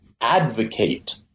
advocate